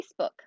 Facebook